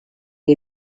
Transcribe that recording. che